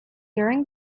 during